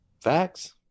Facts